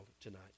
tonight